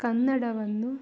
ಕನ್ನಡವನ್ನು